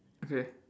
okay